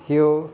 ह्यो